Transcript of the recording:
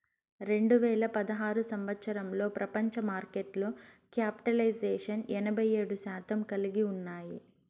రెండు వేల పదహారు సంవచ్చరంలో ప్రపంచ మార్కెట్లో క్యాపిటలైజేషన్ ఎనభై ఏడు శాతం కలిగి ఉన్నాయి